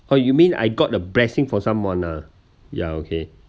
oh you mean I got the blessing for someone lah ya okay